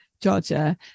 Georgia